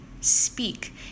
speak